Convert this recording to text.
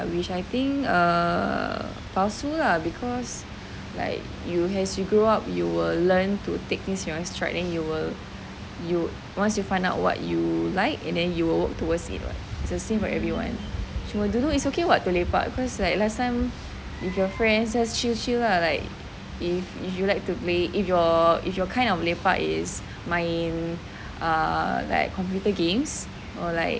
which I think err palsu lah because like you as you grow up you will learn to take things on your stride then you will you once you find out what you like and then you will work towards it [what] it's the same for everyone cuma dulu is okay [what] to lepak cause like last time with your friends just chill chill lah like if if you like to me if your if your kind of lepak is main err like computer games or like